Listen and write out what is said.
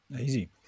Easy